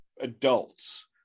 adults